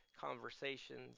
conversations